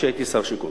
כשהייתי שר השיכון.